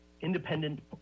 independent